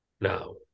Now